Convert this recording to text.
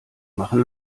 machen